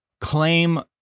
claim